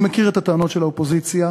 אני מכיר את הטענות של האופוזיציה,